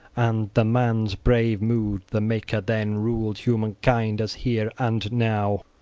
and the man's brave mood. the maker then ruled human kind, as here and now.